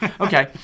okay